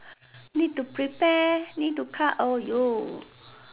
need to prepare need to cut !aiyo!